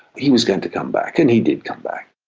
he was going to come back, and he did come back.